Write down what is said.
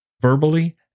verbally